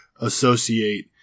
associate